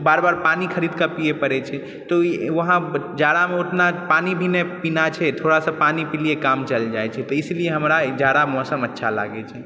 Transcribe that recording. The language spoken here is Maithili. बार बार पानी खरीद कऽ पीअ पड़ै छै ई वहाँ जाड़ामे ओतना पानी भी नहि पीनाइ छै थोड़ा सा पानी पीलयै काम चल जाइ छै इसलिये हमरा जाड़ा मौसम अच्छा लागै छै